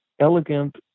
elegant